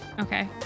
Okay